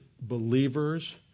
believers